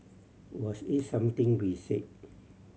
was it something we said